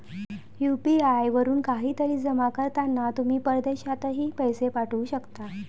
UPI वरून काहीतरी जमा करताना तुम्ही परदेशातही पैसे पाठवू शकता